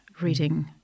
reading